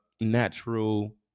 natural